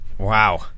Wow